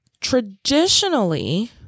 traditionally